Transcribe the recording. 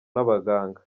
n’abaganga